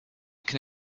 can